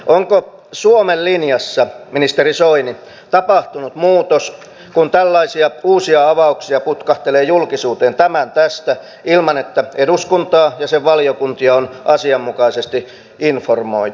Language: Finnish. onko suomen linjassa ministeri soini tapahtunut muutos kun tällaisia uusia avauksia putkahtelee julkisuuteen tämän tästä ilman että eduskuntaa ja sen valiokuntia on asianmukaisesti informoitu